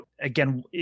again